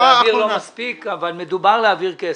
להעביר לא מספיק, אבל מדובר על העברת כסף.